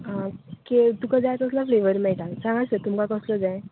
आं ओके तुका जाय तसलो फ्लेवर मेळटा सांगात सर तुमकां कसलो जाय